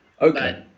Okay